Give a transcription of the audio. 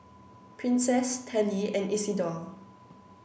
Princess Tallie and Isidor